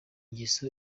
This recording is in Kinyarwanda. ngeso